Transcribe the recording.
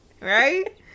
Right